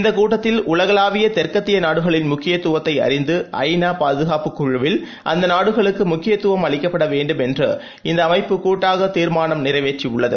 இந்த கூட்டத்தில் உலகளாவிய தெற்கத்திய நாடுகளின் முக்கியத்துவத்தை அறிந்து ஐ நா பாதுகாப்பு குழுவில் அந்த நாடுகளுக்கு முக்கியத்துவம் அளிக்கப்பட வேண்டும் என்று இந்த அமைப்பு கூட்டாக தீர்மானம் நிறைவேற்றப்பட்டுள்ளது